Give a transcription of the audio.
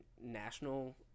national